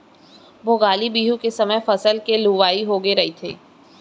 भोगाली बिहू के समे फसल के लुवई होगे रहिथे